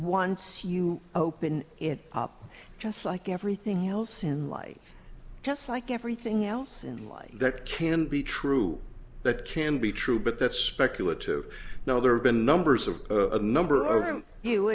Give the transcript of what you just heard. once you open it up just like everything else in life just like everything else in life that can be true that can be true but that's speculative now there have been numbers of a number of you